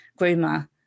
groomer